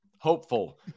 Hopeful